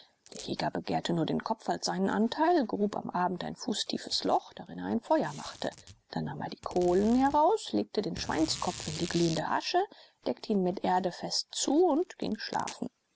der jäger begehrte nur den kopf als seinen anteil grub am abend ein fußtiefes loch darin er ein feuer machte dann nahm er die kohlen heraus legte den schweinskopf in die glühende asche deckte ihn mit erde fest zu und ging schlafen